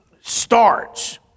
starts